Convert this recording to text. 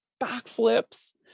backflips